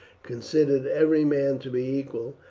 considered every man to be equal,